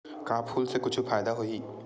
का फूल से कुछु फ़ायदा होही?